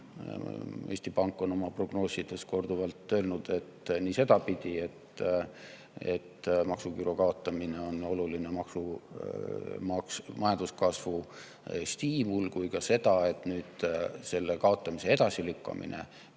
Eesti Pank on oma prognoosides korduvalt öelnud nii seda, et maksuküüru kaotamine on oluline majanduskasvu stiimul, kui ka seda, et nüüd selle kaotamise edasilükkamine pidurdab